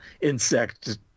insect